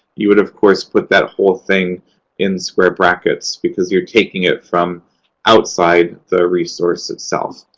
you would, of course, put that whole thing in square brackets because you're taking it from outside the resource itself.